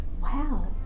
Wow